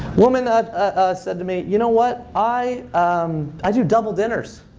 woman ah ah said to me, you know what? i um i do double dinners.